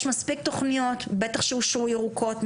יש מספיק תוכניות, בטח שאושרו ירוקות.